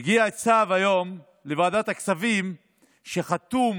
היום הגיע צו לוועדת הכספים שחתום